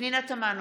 פנינה תמנו,